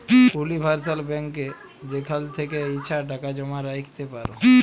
universal ব্যাংকে যেখাল থ্যাকে ইছা টাকা জমা রাইখতে পার